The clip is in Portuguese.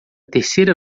terceira